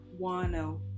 Wano